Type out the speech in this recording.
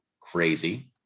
crazy